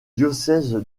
diocèse